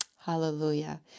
Hallelujah